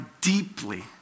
deeply